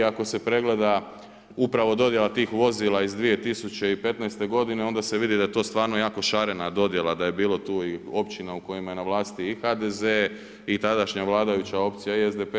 Ako se pregleda upravo dodjela tih vozila iz 2015. godine, onda se vidi da je to stvarno jako šarena dodjela, da je bilo tu općina u kojima je na vlasti i HDZ i tadašnja vladajuća opcija i SDP.